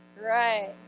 Right